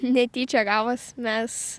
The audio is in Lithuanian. netyčia gavos mes